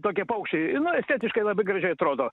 tokie paukščiai ir nu estetiškai labai gražiai atrodo